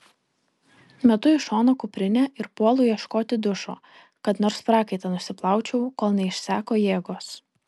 metu į šoną kuprinę ir puolu ieškoti dušo kad nors prakaitą nusiplaučiau kol neišseko jėgos